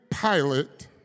Pilate